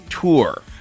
tour